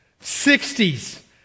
60s